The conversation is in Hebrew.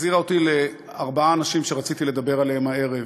החזירה אותי לארבעה אנשים שרציתי לדבר עליהם הערב,